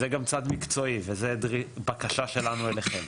זה כבר צד מקצועי וזו בקשה שלנו אליכם.